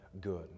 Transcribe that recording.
good